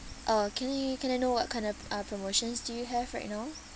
oh can I can I know what kind of uh promotions do you have right now